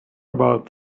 about